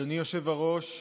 אדוני היושב-ראש,